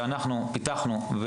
שאנחנו פיתחנו.